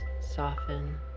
soften